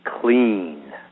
clean